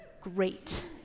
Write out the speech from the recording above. great